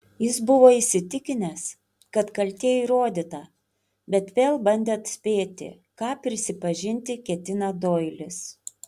jis buvo įsitikinęs kad kaltė įrodyta bet vėl bandė atspėti ką prisipažinti ketina doilis